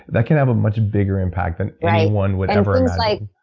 that can have a much bigger impact than anyone would ever um like